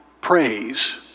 praise